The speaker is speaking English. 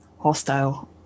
hostile